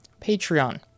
Patreon